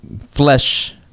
flesh